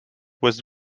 was